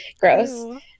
Gross